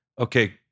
okay